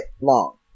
long